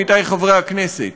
עמיתי חברי הכנסת,